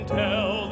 tell